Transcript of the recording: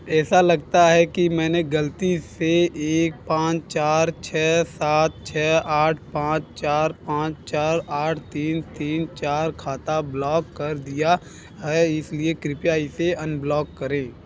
ऐसा लगता है कि मैंने गलती से एक पाँच चार छः सात छः आठ पाँच चार पाँच चार आठ तीन तीन चार खाता ब्लॉक कर दिया है इसलिए कृपया इसे अनब्लॉक करे